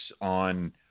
on